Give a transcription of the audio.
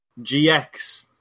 GX